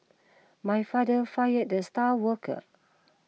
my father fired the star worker